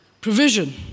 Provision